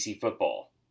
football